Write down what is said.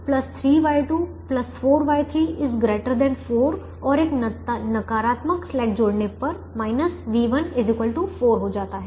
इसलिए Y1 3Y2 4Y3 ≥ 4 और एक नकारात्मक स्लैक जोड़ने पर v1 4 हो जाता है